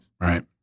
Right